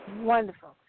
Wonderful